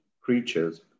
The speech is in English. creatures